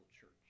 church